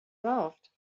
loved